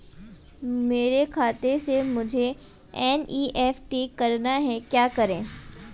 मेरे खाते से मुझे एन.ई.एफ.टी करना है क्या करें?